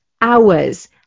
hours